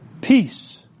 Peace